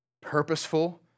purposeful